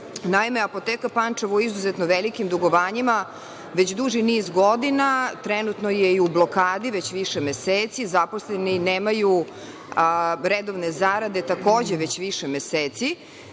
Apoteka Pančevo je u izuzetno velikim dugovanjima već duži niz godina, trenutno je i u blokadi već više meseci, zaposleni nemaju redovne zarade, takođe već više meseci.